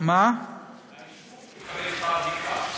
שיקבל בבדיקה?